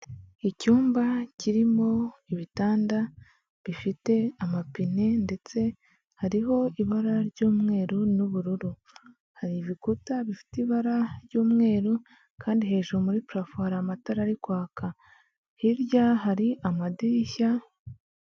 Icyumba kirimo ibitanda bifite amapine ndetse hariho ibara ry'umweru n'ubururu, hari ibikuta bifite ibara ry'umweru kandi hejuru muri pulafo hari amatara ari kwaka, hirya hari amadirishya.